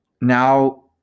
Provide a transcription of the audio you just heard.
Now